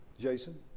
Jason